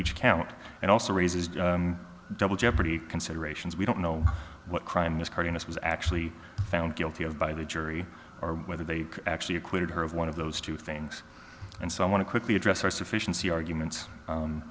each count and also raises double jeopardy considerations we don't know what crime is cardenas was actually found guilty of by the jury or whether they actually acquitted her of one of those two things and so i want to quickly address our sufficiency arguments